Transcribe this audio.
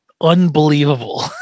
unbelievable